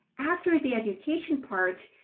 after the education part,